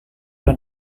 dan